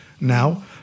now